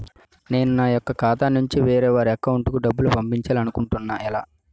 నేను నా యెక్క ఖాతా నుంచి వేరే వారి అకౌంట్ కు డబ్బులు పంపించాలనుకుంటున్నా ఎలా?